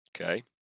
Okay